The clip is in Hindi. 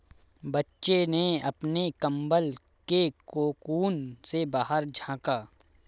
बच्चे ने अपने कंबल के कोकून से बाहर झाँका